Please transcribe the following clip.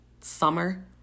summer